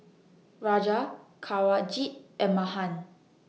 Raja Kanwaljit and Mahan